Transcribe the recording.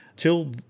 till